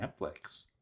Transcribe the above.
Netflix